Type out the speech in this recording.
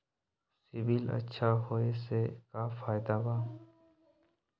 CIBIL अच्छा होऐ से का फायदा बा?